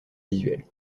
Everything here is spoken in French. visuel